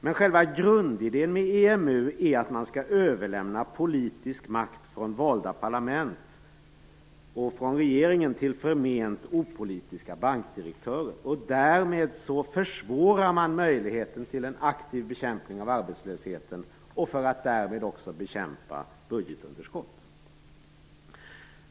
Men själva grundidén med EMU är att man skall överlämna politisk makt från valda parlament och från regeringen till förment opolitiska bankdirektörer. Därmed försvårar man möjligheten till aktiv bekämpning av arbetslösheten och därmed också till att bekämpa budgetunderskott.